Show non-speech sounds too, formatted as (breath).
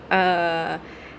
uh (breath)